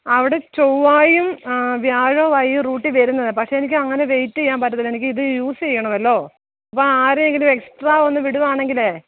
അ അവിടെ ചൊവ്വായും വ്യാഴോവ ഈ റൂട്ടിൽ വരുന്നത് പക്ഷെ എനിക്ക് അങ്ങനെ വെയ്റ്റ് ചെയ്യാൻ പറ്റത്തില്ല എനിക്കിത് യൂസ് ചെയ്യണമല്ലോ അപ്പം ആരെയെങ്കിലും എക്സ്ട്രാ ഒന്ന് വിടുകയാണെങ്കിലെ